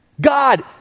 God